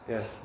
Yes